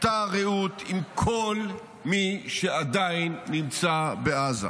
אותה הרעות עם כל מי שעדיין נמצא בעזה,